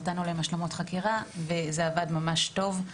נתנו להם השלמות חקירה וזה עבד ממש טוב.